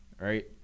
right